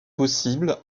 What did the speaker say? possible